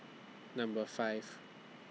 Number five